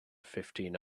fifteen